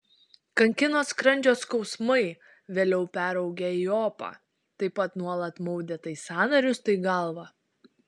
kankino skrandžio skausmai vėliau peraugę į opą taip pat nuolat maudė tai sąnarius tai galvą